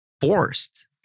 forced